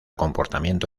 comportamiento